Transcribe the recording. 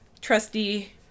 trusty